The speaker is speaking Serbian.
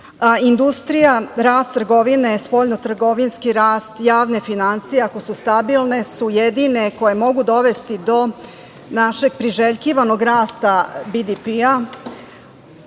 Industrija, rast trgovine, spoljnotrgovinski rast, javne finansije, ako su stabilne, su jedine koje mogu dovesti do našeg priželjkivanog rasta BDP,